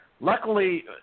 Luckily